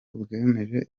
bwemeje